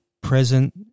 present